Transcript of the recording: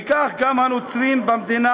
וכך גם הנוצרים במדינה,